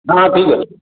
ହଁ ଠିକ୍ ଅଛି